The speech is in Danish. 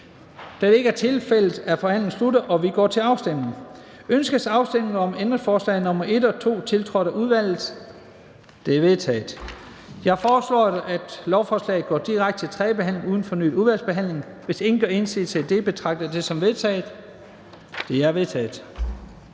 Afstemning Første næstformand (Leif Lahn Jensen): Ønskes afstemning om ændringsforslag nr. 1 og 2, tiltrådt af udvalget? De er vedtaget. Jeg foreslår, at lovforslaget går direkte til tredje behandling uden fornyet udvalgsbehandling. Hvis ingen gør indsigelse, betragter jeg det som vedtaget. Det er vedtaget.